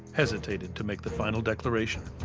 hesitated to make the final declaration.